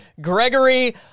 Gregory